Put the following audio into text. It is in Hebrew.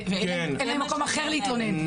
אין להן מקום אחר להתלונן.